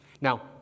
Now